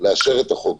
לאשר את הצעת החוק הזאת,